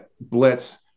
blitz